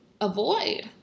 avoid